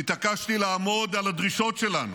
התעקשתי לעמוד על הדרישות שלנו.